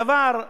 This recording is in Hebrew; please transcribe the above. תודה רבה.